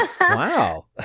Wow